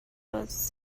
was